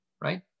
Right